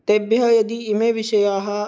तेभ्यः यदि इमे विषयाः